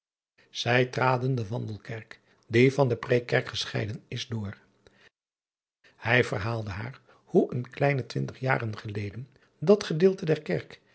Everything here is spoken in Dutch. zn et leven van illegonda uisman die van de reêkkerk gescheiden is door ij verhaalde haar hoe een kleine twintig jaren geleden dat gedeelte